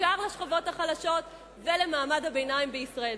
בעיקר לשכבות החלשות ולמעמד הביניים בישראל,